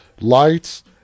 lights